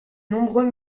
nombreux